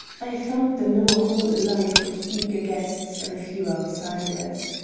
i found the lower hall alive with eager guests and a few outsiders.